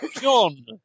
John